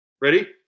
Ready